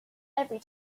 every